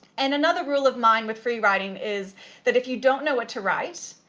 and another rule of mine with freewriting is that if you don't know what to write,